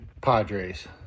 Padres